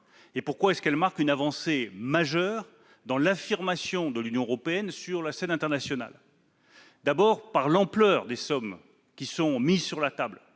est historique et marque une avancée majeure dans l'affirmation de l'Union européenne sur la scène internationale, d'abord par l'ampleur des sommes mises sur la table